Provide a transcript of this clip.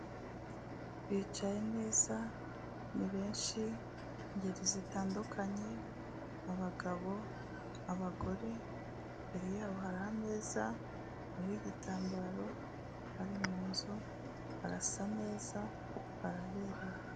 Bicaye neza, ni benshi, ingeri zitandukanye, abagabo, abagore, imbere yabo hari ameza, hariho igitambaro, bari mu nzu, barasa neza, baraberewe.